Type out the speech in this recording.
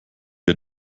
wir